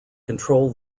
control